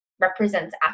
represents